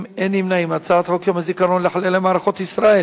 חוק יום הזיכרון לחללי מערכות ישראל